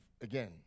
again